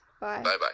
bye